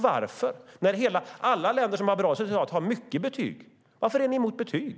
Varför, när alla länder som har bra resultat har mycket betyg? Varför är ni emot betyg?